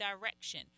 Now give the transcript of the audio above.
direction